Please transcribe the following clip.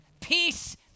peace